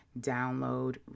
download